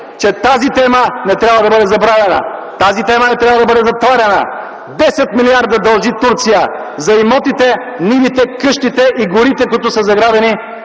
че тази тема не трябва да бъде забравена. Тази тема не трябва да бъде затваряна! Турция дължи 10 милиарда за имотите, нивите, къщите и горите, които са заграбени